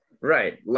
right